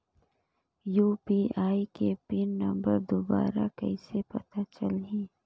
UPI के pin number दुबारा कइसे पता चलही?